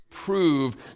Prove